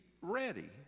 ready